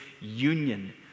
union